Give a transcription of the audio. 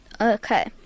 Okay